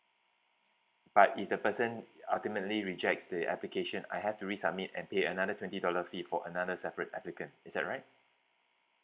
but if the person ultimately rejects the application I have to resubmit and pay another twenty dollar fee for another separate applicant is that right